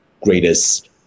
greatest